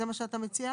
זה מה שאתה מציע?